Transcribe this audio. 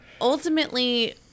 ultimately